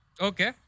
Okay